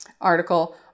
article